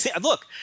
Look